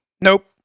nope